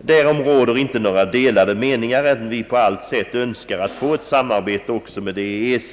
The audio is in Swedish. Det råder heller inte några delade meningar om att vi i dag på allt sätt eftersträvar samarbete även med EEC.